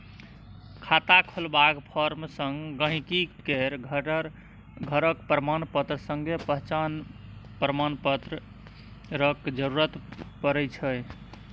खाता खोलबाक फार्म संग गांहिकी केर घरक प्रमाणपत्र संगे पहचान प्रमाण पत्रक जरुरत परै छै